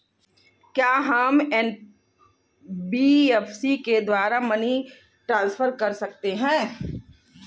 क्या हम एन.बी.एफ.सी के द्वारा मनी ट्रांसफर कर सकते हैं?